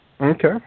Okay